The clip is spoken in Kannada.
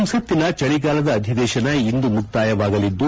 ಸಂಸತ್ತಿನ ಚಳಿಗಾಲದ ಅಧಿವೇಶನ ಇಂದು ಮುಕ್ತಾಯವಾಗಲಿದ್ದು